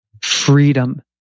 Freedom